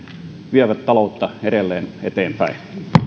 vievät taloutta edelleen eteenpäin